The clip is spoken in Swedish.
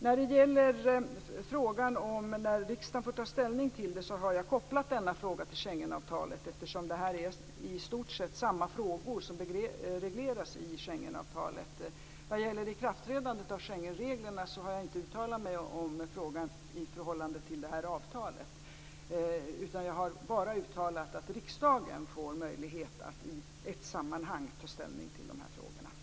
När det gäller frågan om när riksdagen får ta ställning till detta har jag kopplat denna fråga till Schengenavtalet, eftersom det i stort sett är samma frågor som regleras i det avtalet. Vad gäller ikraftträdandet av Schengenreglerna har jag inte uttalat mig om frågan i förhållande till det här avtalet. Jag har bara uttalat att riksdagen får möjlighet att i ett sammanhang ta ställning till de här frågorna.